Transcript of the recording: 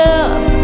up